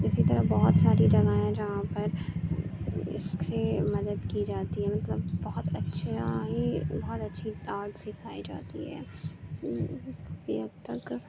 اسی طرح بہت ساری جگہیں ہیں جہاں پر اس سے مدد کی جاتی ہے مطلب بہت اچھے یہاں ہی بہت اچھی آرٹ سکھائی جاتی ہے کافی حد تک